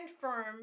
firm